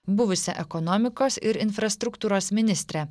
buvusią ekonomikos ir infrastruktūros ministrę